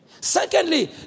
Secondly